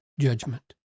judgment